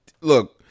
Look